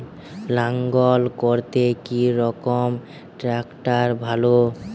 লাঙ্গল করতে কি রকম ট্রাকটার ভালো?